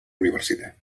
universitat